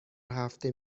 هفته